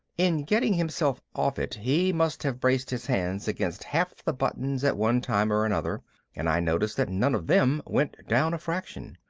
in getting himself off it he must have braced his hands against half the buttons at one time or another and i noticed that none of them went down a fraction.